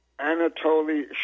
Anatoly